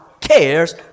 cares